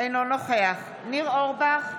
אינו נוכח ניר אורבך,